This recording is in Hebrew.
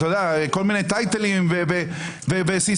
כל מיני טייטלים וסיסמאות,